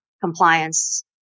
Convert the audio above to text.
compliance